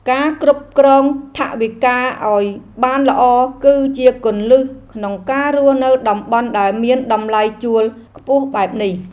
ការគ្រប់គ្រងថវិកាឱ្យបានល្អគឺជាគន្លឹះក្នុងការរស់នៅតំបន់ដែលមានតម្លៃជួលខ្ពស់បែបនេះ។